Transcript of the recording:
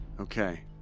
Okay